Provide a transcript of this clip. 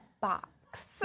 box